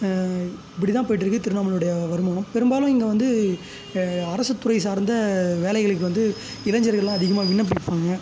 இப்படி தான் போயிகிட்ருக்கு திருவண்ணாமலையோடய வருமானம் பெரும்பாலும் இங்கே வந்து அரசுத் துறை சார்ந்த வேலைகளுக்கு வந்து இளைஞர்கள்லாம் அதிகமாக விண்ணப்பிப்பாங்க